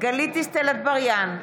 גלית דיסטל אטבריאן,